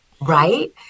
Right